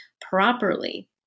properly